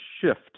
shift